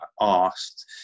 asked